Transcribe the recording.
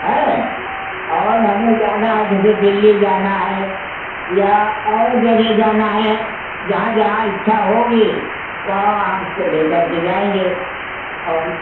हैं और हमें जाना है जैसे दिल्ली जाना है या और जगह जाना है जहाँ जहाँ इच्छा होगी वहाँ वहाँ हम उसको लेकर के जाएँगे और